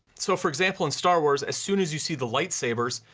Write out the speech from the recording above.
so for example, in star wars, as soon as you see the lightsabers,